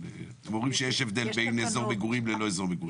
אבל אתם אומרים שיש הבדל בין אזור מגורים ללא אזור מגורים.